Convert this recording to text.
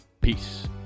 Peace